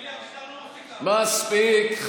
מספיק.